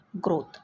growth